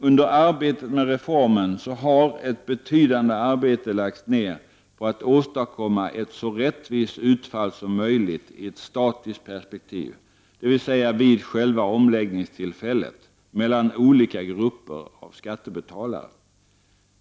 Under arbetet med reformen har ett betydande arbete lagts ned på att åstadkomma ett så rättvist utfall som möjligt i ett statiskt perspektiv, dvs. vid själva omläggningstillfället, mellan olika grupper av skattebetalare.